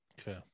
Okay